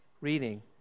reading